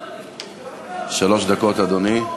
אדוני.